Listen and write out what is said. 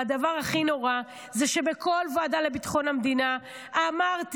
והדבר הכי נורא זה שבכל ועדה לביטחון המדינה אמרתי,